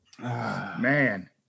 Man